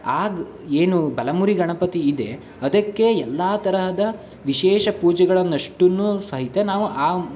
ಆಗ ಏನು ಬಲಮುರಿ ಗಣಪತಿ ಇದೆ ಅದಕ್ಕೆ ಎಲ್ಲ ತರಹದ ವಿಶೇಷ ಪೂಜೆಗಳನ್ನಷ್ಟನ್ನೂ ಸಹಿತ ನಾವು ಆ